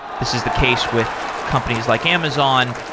this is the case with companies like amazon,